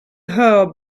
her